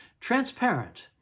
transparent